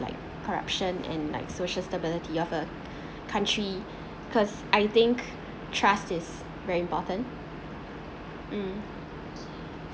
like corruption and social stability of a country cause I think trust is very important mm